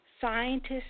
scientists